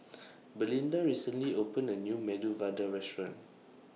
Belinda recently opened A New Medu Vada Restaurant